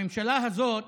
הממשלה הזאת,